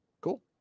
cool